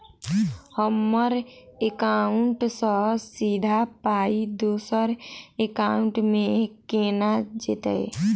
हम्मर एकाउन्ट सँ सीधा पाई दोसर एकाउंट मे केना जेतय?